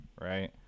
right